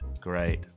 Great